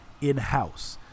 in-house